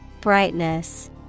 Brightness